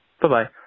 Bye-bye